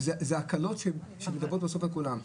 אלה הקלות שבסוף מלוות את כולם.